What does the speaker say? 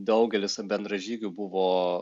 daugelis bendražygių buvo